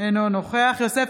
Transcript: אינו נוכח יוסף